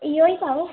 इहो ई अथव